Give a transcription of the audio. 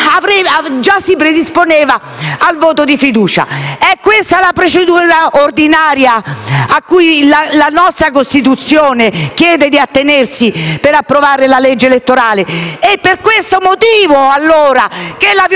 già si predisponeva al voto di fiducia. È questa la procedura ordinaria cui la nostra Costituzione chiede di attenersi per approvare la legge elettorale? È per questo motivo che il